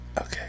Okay